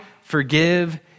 forgive